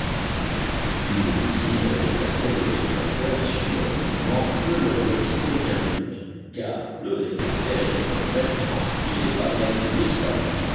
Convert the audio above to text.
l'inquiétude visible avec laquelle le réfractaire suit leurs mouvements ne leur laisse aucun doute car le réfractaire est comme bertrand il n'est pas maître de ça